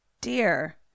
dear